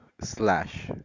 slash